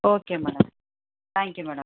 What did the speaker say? okay madam thank you madam